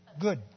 good